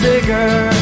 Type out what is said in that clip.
bigger